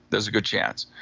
there's a good chance.